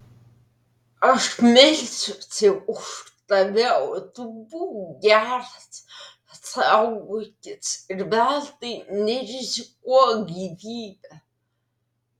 aš melsiuosi už tave o tu būk geras saugokis ir veltui nerizikuok gyvybe